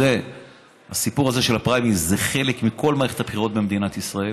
זה לא בא מהזווית הזאת, בגלל שכפי שאמרתי,